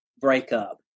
breakup